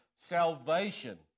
salvation